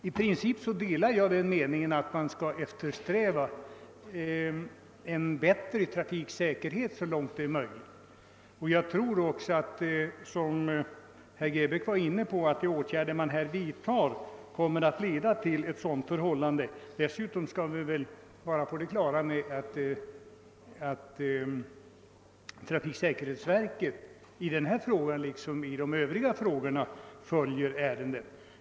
I princip delar jag uppfattningen att man så långt det är möjligt skall eftersträva en bättre trafiksäkerhet. Jag tror också att de åtgärder man här vidtar kommer att leda till en bättre trafiksäkerhet, såsom herr Grebäck också påpekade. Dessutom skall vi vara på det klara med att trafiksäkerhetsverket följer denna fråga liksom andra sådana ärenden.